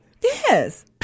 Yes